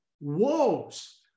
woes